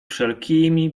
wszelkimi